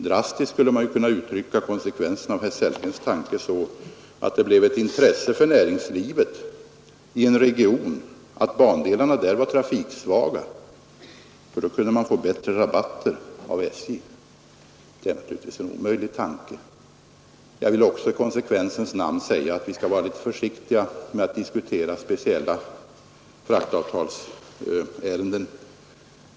Drastiskt skulle man kunna uttrycka konsekvensen så, att det blev ett intresse för näringslivet i en region att bandelarna där var trafiksvaga, för då kunde man få bättre rabatter av SJ. Det är naturligtvis en omöjlig tanke. Jag vill också i konsekvensens namn säga att vi skall vara litet försiktiga med att diskutera speciella fraktavtalsärenden.